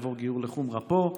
יעבור גיור לחומרה פה.